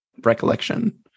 recollection